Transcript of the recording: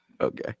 okay